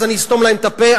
אז אני אסתום להם את הפה,